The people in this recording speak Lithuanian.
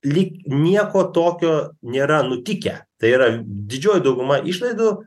lyg nieko tokio nėra nutikę tai yra didžioji dauguma išlaidų